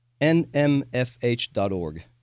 nmfh.org